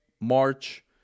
March